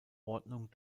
ordnung